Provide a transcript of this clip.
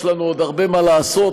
יש לנו עוד הרבה מה לעשות,